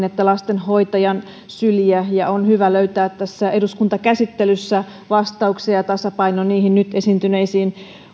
että lastenhoitajan syliä ja on hyvä löytää tässä eduskuntakäsittelyssä vastauksia ja tasapaino niihin nyt esiintyneisiin